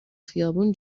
خیابون